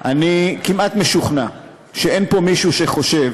אני כמעט משוכנע שאין פה מישהו שחושב